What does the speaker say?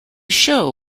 show